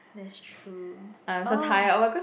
that's true oh